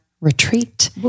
retreat